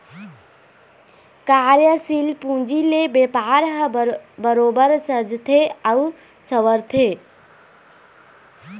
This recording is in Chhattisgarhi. कार्यसील पूंजी ले बेपार ह बरोबर सजथे अउ संवरथे